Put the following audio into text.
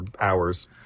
hours